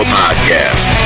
podcast